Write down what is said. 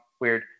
Weird